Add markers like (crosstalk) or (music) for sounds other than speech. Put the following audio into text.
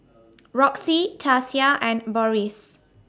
(noise) Roxie Tasia and Boris